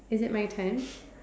is it my turn